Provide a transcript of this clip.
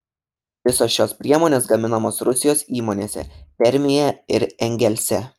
visos šios priemonės gaminamos rusijos įmonėse permėje ir engelse